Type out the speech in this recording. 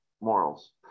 morals